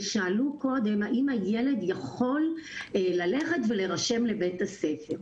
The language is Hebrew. שאלו קודם האם הילד יכול ללכת ולהירשם לבית הספר,